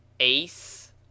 Ace